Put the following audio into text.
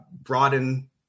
broaden